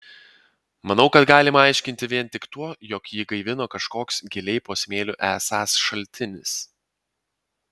manau kad galima aiškinti vien tik tuo jog jį gaivino kažkoks giliai po smėliu esąs šaltinis